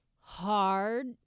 hard